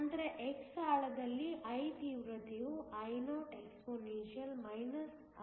ನಂತರ x ಆಳದಲ್ಲಿ I ತೀವ್ರತೆಯು Io exp αx ಆಗಿದೆ